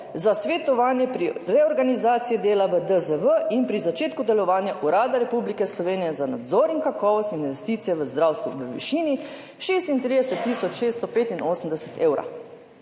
za svetovanje pri reorganizaciji dela v DZV in pri začetku delovanja Urada Republike Slovenije za nadzor, kakovost in investicije v zdravstvu v višini 36 tisoč